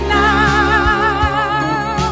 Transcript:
now